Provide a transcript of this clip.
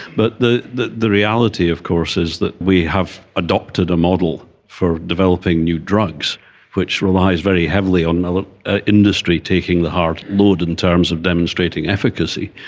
but the the reality of course is that we have adopted a model for developing new drugs which relies very heavily on ah ah industry taking the hard load in terms of demonstrating efficacy,